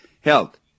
Health